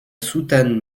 soutane